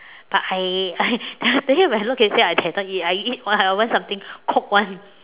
but I I then when I look at it I dare not eat I want something cooked [one]